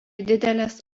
didelės